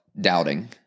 doubting